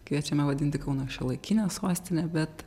kviečiame vadinti kauną šiuolaikine sostine bet